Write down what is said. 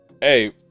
Hey